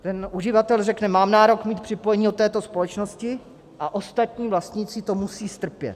Ten uživatel řekne: Mám nárok mít připojení od této společnosti a ostatní vlastníci to musí strpět.